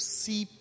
see